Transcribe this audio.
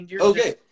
Okay